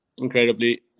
Incredibly